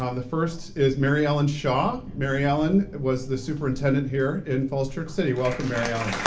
um the first is mary ellen shaw. mary ellen was the superintendent here in falls church city. welcome mary um